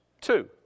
Two